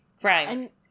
Crimes